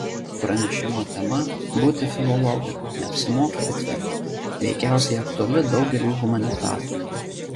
pranešimo tema būti filologu neapsimoka bet verta veikiausiai aktuali daugeliui humanitarų